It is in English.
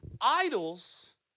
Idols